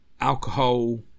alcohol